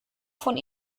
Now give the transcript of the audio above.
von